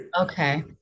Okay